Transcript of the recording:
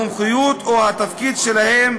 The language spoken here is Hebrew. המומחיות או התפקיד שלהם,